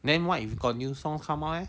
then what if got new song come out leh